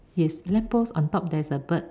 yes lamp post on top there's a bird